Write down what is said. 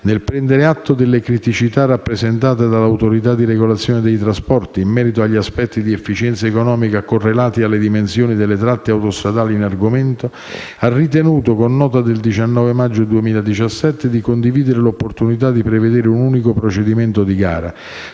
nel prendere atto delle criticità rappresentate dall'Autorità di regolazione dei trasporti (ART) in merito agli aspetti di efficienza economica correlati alle dimensioni delle tratte autostradali in argomento, ha ritenuto, con nota del 19 maggio 2017, di condividere l'opportunità di prevedere un unico procedimento di gara